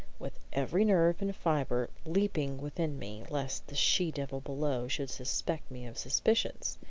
with every nerve and fibre leaping within me, lest the she-devil below should suspect me of suspicions!